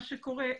מה שקורה,